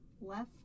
Left